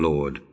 Lord